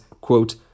quote